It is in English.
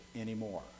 anymore